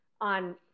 on